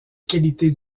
qualité